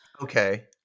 Okay